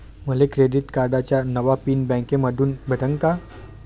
मले क्रेडिट कार्डाचा नवा पिन बँकेमंधून भेटन का?